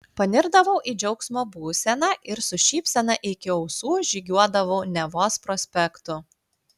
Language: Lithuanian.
panirdavau į džiaugsmo būseną ir su šypsena iki ausų žygiuodavau nevos prospektu